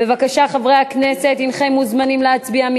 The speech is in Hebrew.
בבקשה, חברי הכנסת, הנכם מוזמנים להצביע.